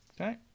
Okay